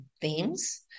themes